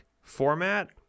format